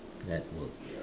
network